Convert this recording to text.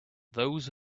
those